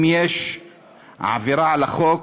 אם יש עבירה על החוק,